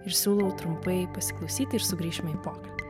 ir siūlau trumpai pasiklausyti ir sugrįšime į pokalbį